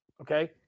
Okay